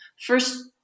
first